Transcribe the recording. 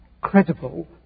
credible